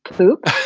whoop.